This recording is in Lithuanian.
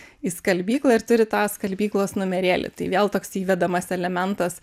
į skalbyklą ir turi tą skalbyklos numerėlį tai vėl toks įvedamas elementas